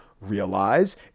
Realize